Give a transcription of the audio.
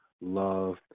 love